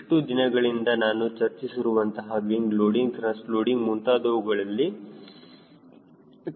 ಇಷ್ಟು ದಿನಗಳಿಂದ ನಾವು ಚರ್ಚಿಸಿರುವಂತಹ ವಿಂಗ್ ಲೋಡಿಂಗ್ ತ್ರಸ್ಟ್ ಲೋಡಿಂಗ್ ಮುಂತಾದವುಗಳಲ್ಲಿ